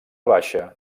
baixa